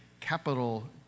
capital